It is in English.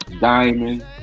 Diamond